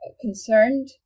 concerned